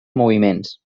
moviments